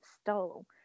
stole